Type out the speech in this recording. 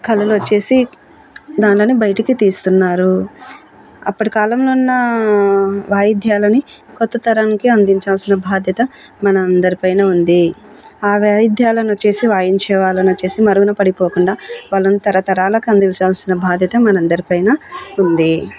కళలోచ్చేసి దానెను బయటికి తీస్తున్నారు అప్పటి కాలంలో ఉన్న వాయిద్యాలని కొత్త తరానికి అందించాల్సిన బాధ్యత మన అందరి పైన ఉంది ఆ వాయిధ్యాలనోచ్చేసి వాయించే వాళ్ళని వచ్చేసి మరుగున పడిపోకుండా వాళ్ళని తరతరాలకు అందించాల్సిన బాధ్యత మన అందరి పైన ఉంది